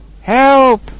help